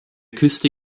küste